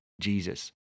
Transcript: Jesus